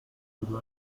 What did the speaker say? duró